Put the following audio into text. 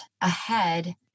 ahead